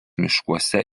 miškuose